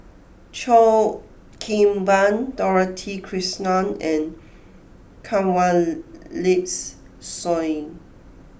Cheo Kim Ban Dorothy Krishnan and Kanwaljit Soin